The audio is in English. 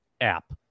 app